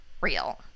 real